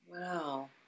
Wow